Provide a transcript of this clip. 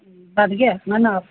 ਵੱਧ ਗਿਆ ਹੈ ਨਾ ਨਾਪ